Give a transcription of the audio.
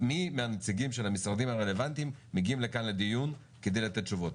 מי מהנציגים של המשרדים הרלוונטיים מגיעים לכאן לדיון כדי לתת תשובות.